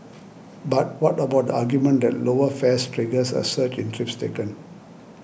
but what about the argument that lower fares triggers a surge in trips taken